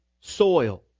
soil